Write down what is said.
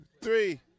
three